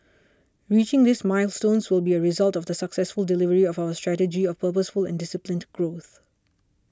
reaching these milestones will be a result of the successful delivery of our strategy of purposeful and disciplined growth